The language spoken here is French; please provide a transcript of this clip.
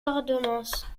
ordonnance